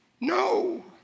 no